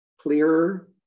clearer